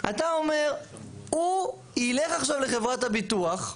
אתה אומר הוא ילך עכשיו לחברת הביטוח,